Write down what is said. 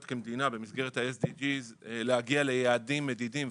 כמדינה במסגרת ה-SDGs להגיע ליעדים מדידים,